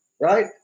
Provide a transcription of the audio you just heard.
right